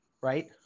right